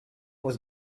was